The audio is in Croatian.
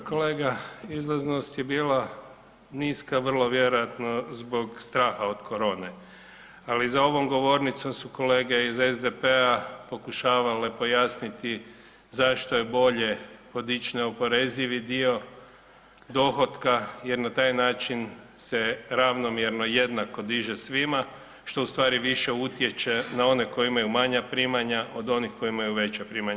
Dobro kolega, izlaznost je bila niska vrlo vjerojatno zbog straha od korone, ali za ovom govornicom su kolege iz SDP-a pokušavale pojasniti zašto je bolje podić neoporezivi dio dohotka jer na taj način se ravnomjerno i jednako diže svima, što u stvari više utječe na one koji imaju manja primanja od onih koji imaju veća primanja.